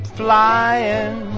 flying